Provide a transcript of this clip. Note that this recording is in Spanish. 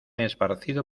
esparcido